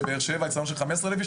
או בבאר שבע אצטדיון של 15,000 אנשים